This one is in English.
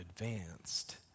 advanced